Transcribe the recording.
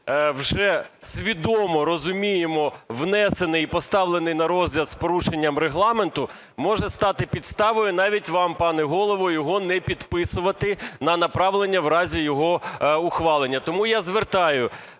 вже свідомо розуміємо, внесений і поставлений на розгляд з порушенням Регламенту, може стати підставою навіть вам, пане Голово, його не підписувати на направлення у разі його ухвалення. Тому я звертаю